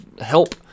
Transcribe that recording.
help